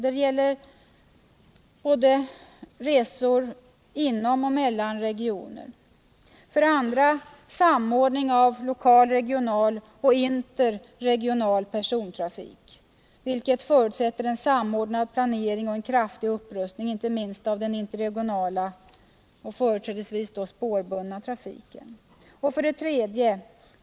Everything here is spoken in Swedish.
Det gäller resor både inom och mellan regioner. 2. Samordningen av lokal, regional och interregional persontrafik, vilket förutsätter en samordnad planering och en kraftig upprustning, inte minst av den interregionala, företrädesvis spårbundna, trafiken. 3.